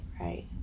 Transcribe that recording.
Right